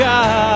God